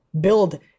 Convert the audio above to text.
Build